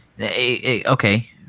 Okay